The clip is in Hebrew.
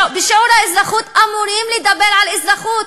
בשיעור אזרחות אמורים לדבר על אזרחות,